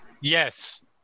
Yes